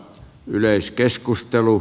yleiskeskustelu